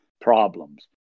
problems